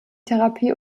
therapie